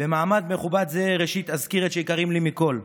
במעמד מכובד זה ראשית אזכיר את שיקרים לי מכול: